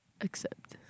accept